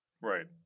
Right